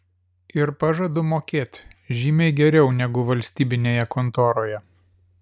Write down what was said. ir pažadu mokėt žymiai geriau negu valstybinėje kontoroje